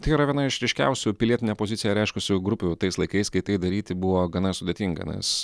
tai yra viena iš ryškiausių pilietinę poziciją reiškusių grupių tais laikais kai tai daryti buvo gana sudėtinga nes